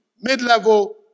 mid-level